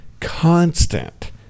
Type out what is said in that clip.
Constant